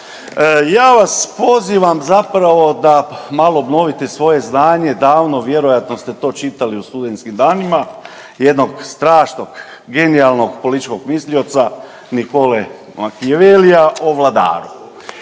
Ja vas pozivam zapravo da malo obnovite svoje znanje, davno vjerojatno ste to čitali u studentskim danima jednog strašnog genijalnog političkog mislioca Niccole Machiavellia o vladaru.